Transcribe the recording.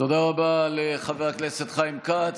תודה רבה לחבר הכנסת חיים כץ.